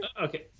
Okay